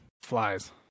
flies